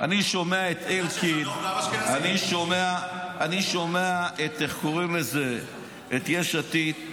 אני שומע את אלקין, אני שומע את יש עתיד.